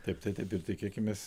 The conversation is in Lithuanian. taip tai taip ir tikėkimės